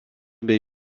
bei